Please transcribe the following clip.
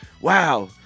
wow